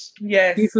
yes